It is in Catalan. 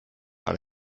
per